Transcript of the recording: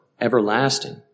everlasting